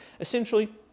essentially